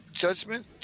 Judgment